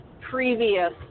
previous